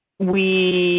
we,